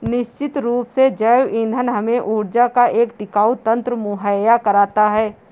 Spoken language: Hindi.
निश्चित रूप से जैव ईंधन हमें ऊर्जा का एक टिकाऊ तंत्र मुहैया कराता है